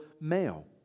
male